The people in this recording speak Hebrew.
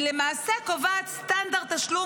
והיא למעשה קובעת סטנדרט תשלום